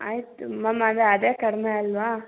ಆಯಿತು ಮ್ಯಾಮ್ ಅದೆ ಅದೇ ಕಡಿಮೆ ಅಲ್ವಾ